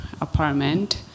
apartment